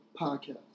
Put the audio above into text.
podcast